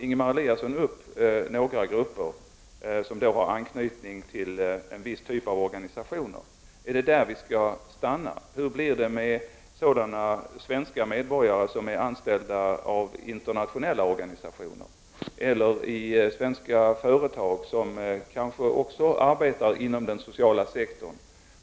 Ingemar Eliasson räknar upp några grupper som har anknytning till en viss typ av några organisationer — är det där vi skall stanna? Hur blir det med sådana svenska medborgare som är anställda av internationella organisationer eller av svenska företag, som kanske också arbetar inom den sociala sektorn?